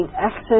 access